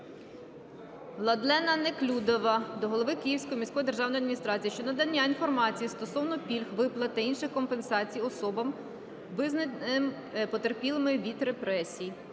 Владлена Неклюдова до голови Київської міської державної адміністрації щодо надання інформації стосовно пільг, виплат та інших компенсацій особам, визнаним потерпілими від репресій.